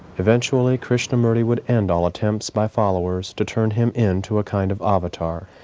eventually, krishnamurti would end all attempts by followers to turn him in to a kind of avatar,